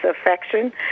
affection